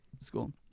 school